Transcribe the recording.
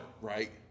right